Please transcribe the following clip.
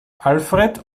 alfred